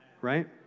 right